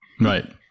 Right